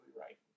right